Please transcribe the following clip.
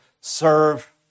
serve